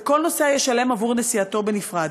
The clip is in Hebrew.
וכל נוסע ישלם עבור נסיעתו בנפרד.